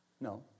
No